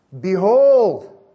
Behold